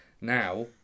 Now